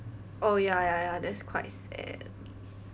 oh ya ya ya that's quite sad